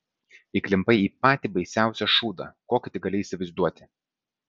įklimpai į patį baisiausią šūdą kokį tik gali įsivaizduoti